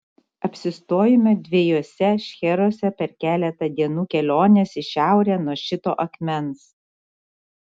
apsistojome dviejuose šcheruose per keletą dienų kelionės į šiaurę nuo šito akmens